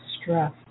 stress